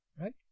right